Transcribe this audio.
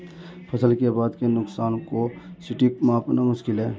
फसल के बाद के नुकसान को सटीक मापना मुश्किल है